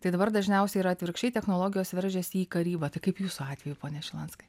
tai dabar dažniausiai yra atvirkščiai technologijos veržiasi į karybą kaip jūsų atveju pone šilanskai